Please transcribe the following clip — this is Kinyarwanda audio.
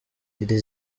iri